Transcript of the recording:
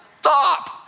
stop